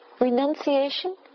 Renunciation